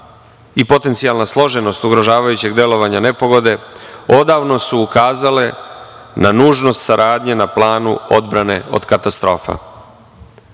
i potencijalna složenost ugrožavajućeg delovanja nepogode, odavno su ukazale na nužnost saradnje na planu odbrane od katastrofa.U